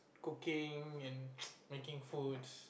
cooking and making foods